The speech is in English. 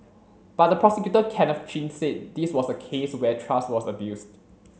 but the prosecutor Kenneth Chin said this was a case where trust was abused